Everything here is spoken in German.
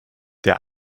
der